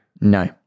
No